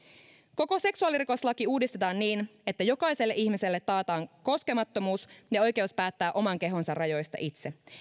koko seksuaalirikoslaki uudistetaan niin että jokaiselle ihmiselle taataan koskemattomuus ja oikeus päättää oman kehonsa rajoista itse